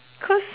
cause